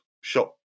shot